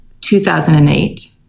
2008